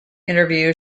interview